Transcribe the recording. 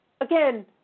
again